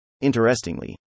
Interestingly